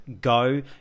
Go